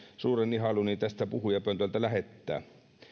suuren ihailuni heille tästä puhujapöntöltä lähettää